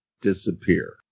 disappear